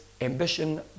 ambition